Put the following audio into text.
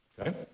Okay